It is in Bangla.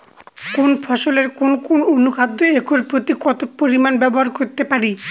কোন ফসলে কোন কোন অনুখাদ্য একর প্রতি কত পরিমান ব্যবহার করতে পারি?